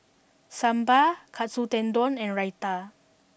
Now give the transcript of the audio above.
Sambar Katsu Tendon and Raita